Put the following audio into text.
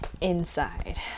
inside